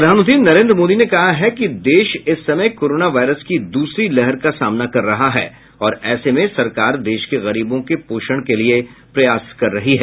प्रधानमंत्री नरेंद्र मोदी ने कहा है कि देश इस समय कोरोना वायरस की दूसरी लहर का सामना कर रहा है और ऐसे में सरकार देश के गरीबों के पोषण के लिए प्रयास कर रही है